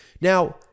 Now